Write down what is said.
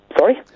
Sorry